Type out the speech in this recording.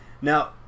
Now